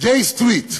ג'יי סטריט.